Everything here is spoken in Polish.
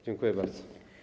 Dziękuję bardzo.